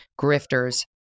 grifters